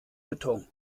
beton